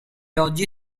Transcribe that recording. oggi